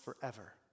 forever